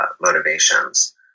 motivations